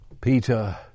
Peter